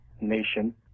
nation